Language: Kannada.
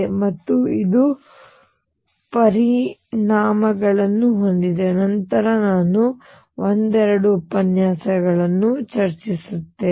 ಮತ್ತು ಇದು ಪರಿಣಾಮಗಳನ್ನು ಹೊಂದಿದೆ ನಂತರ ನಾನು ಒಂದೆರಡು ಉಪನ್ಯಾಸಗಳನ್ನು ಚರ್ಚಿಸುತ್ತೇನೆ